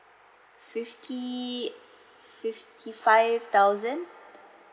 fifty fifty five thousand